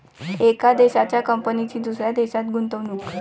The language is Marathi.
एका देशाच्या कंपनीची दुसऱ्या देशात गुंतवणूक